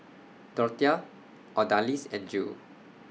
Dorthea Odalis and Jill